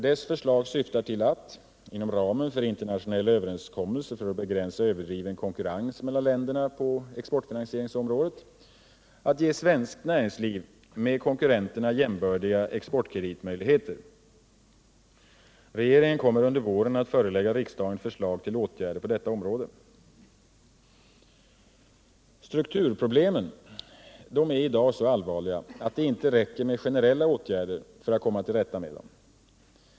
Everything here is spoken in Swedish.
Dess förslag syftar till att — inom ramen för internationella överenskommelser för att begränsa överdriven konkurrens mellan länderna på exportfinansieringsområdet — ge svenskt näringsliv med konkurrenterna jämbördiga exportkreditmöjligheter. Regeringen kommer under våren att förelägga riksdagen förslag till åtgärder på detta område. Strukturproblemen är i dag så allvarliga att det inte räcker med generella åtgärder för att komma till rätta med dem.